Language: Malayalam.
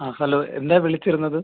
ആ ഹലോ എന്താ വിളിച്ചിരുന്നത്